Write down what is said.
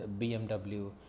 BMW